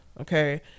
okay